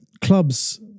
clubs